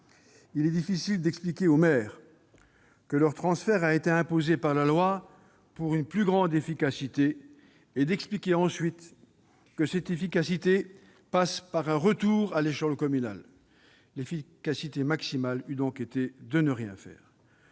Il est difficile d'expliquer aux maires que leur transfert a été imposé par la loi pour une plus grande efficacité, puis d'expliquer que cette efficacité passe par un retour à l'échelon communal. L'efficacité maximale eût donc été de ne rien faire